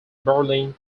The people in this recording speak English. berlin